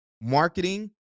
marketing